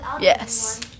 Yes